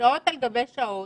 שעות על גבי שעות,